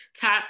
top